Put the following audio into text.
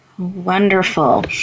Wonderful